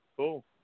Cool